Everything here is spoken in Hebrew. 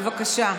בבקשה.